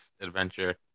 adventure